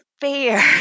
fair